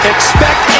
Expect